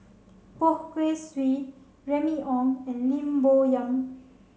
Poh Kay Swee Remy Ong and Lim Bo Yam